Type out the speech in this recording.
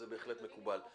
זה בהחלט מקובל.